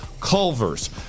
Culver's